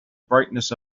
brightness